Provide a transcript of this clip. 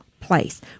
place